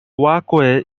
walkway